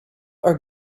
are